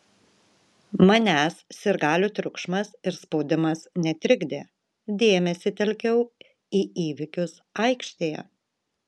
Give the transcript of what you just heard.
manęs sirgalių triukšmas ir spaudimas netrikdė dėmesį telkiau į įvykius aikštėje